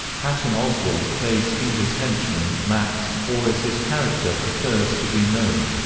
patton oswalt plays kinga's henchman, max, or as his character prefers to be known,